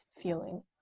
feeling